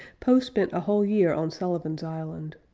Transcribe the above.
poe spent a whole year on sullivan's island.